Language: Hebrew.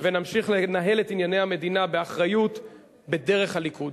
ונמשיך לנהל את ענייני המדינה באחריות בדרך הליכוד.